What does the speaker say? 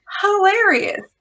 hilarious